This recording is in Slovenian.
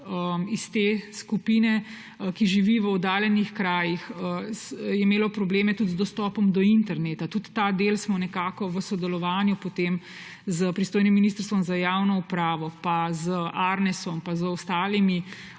iz te skupine, ki živijo v oddaljenih krajih, probleme tudi z dostopom do interneta. Tudi ta del smo potem v sodelovanju s pristojnim Ministrstvom za javno upravo pa z Arnesom pa z ostalimi